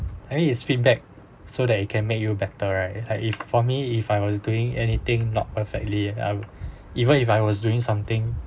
I mean it's feedback so that it can make you better right like if for me if I was doing anything not perfectly I even if I was doing something